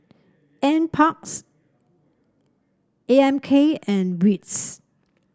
NParks A M K and WITS